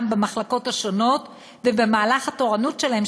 במחלקות השונות ובמהלך התורנות שלהם,